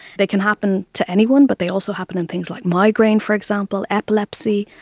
they can happen to anyone but they also happen in things like migraine, for example, epilepsy,